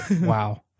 Wow